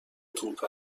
توپ